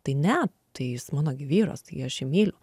tai ne tai jis mano gi vyras tai aš jį myliu